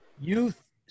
Youth